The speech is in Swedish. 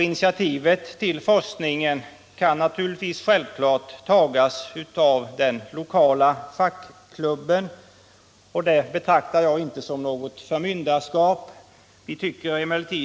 Initiativet till denna forskning kan självfallet tas av den lokala fackklubben. Det betraktar jag inte som något förmynderskap.